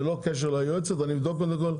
ללא קשר ליועצת אני אבדוק בנדון,